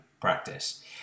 practice